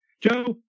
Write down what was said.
Joe